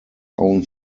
own